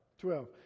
Twelve